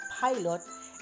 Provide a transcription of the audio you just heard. pilot